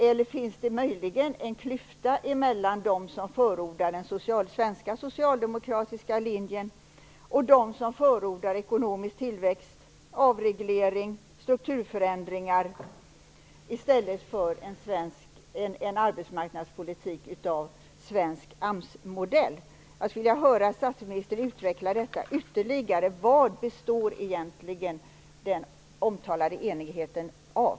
Eller finns det möjligen en klyfta mellan dem som förordar den svenska socialdemokratiska linjen och dem som förordar ekonomisk tillväxt, avreglering och strukturförändringar i stället för en arbetsmarknadspolitik av svensk AMS-modell? Jag skulle vilja höra statsministern utveckla detta ytterligare. Vad består egentligen den omtalade enigheten av?